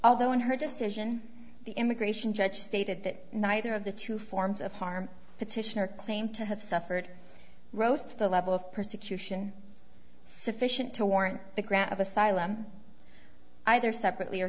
although in her decision the immigration judge stated that neither of the two forms of harm petitioner claimed to have suffered rose to the level of persecution sufficient to warrant the grant of asylum either separately or